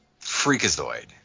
freakazoid